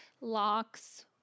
locks